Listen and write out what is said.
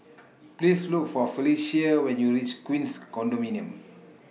Please Look For Felecia when YOU REACH Queens Condominium